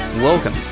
Welcome